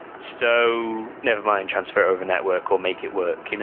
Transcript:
so never mind transfer of a network or make it work. you know